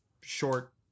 short